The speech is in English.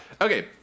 okay